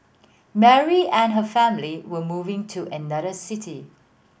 Mary and her family were moving to another city